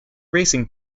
racing